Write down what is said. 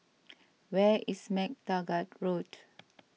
where is MacTaggart Road